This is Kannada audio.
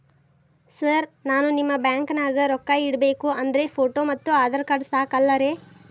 ಸರ್ ನಾನು ನಿಮ್ಮ ಬ್ಯಾಂಕನಾಗ ರೊಕ್ಕ ಇಡಬೇಕು ಅಂದ್ರೇ ಫೋಟೋ ಮತ್ತು ಆಧಾರ್ ಕಾರ್ಡ್ ಸಾಕ ಅಲ್ಲರೇ?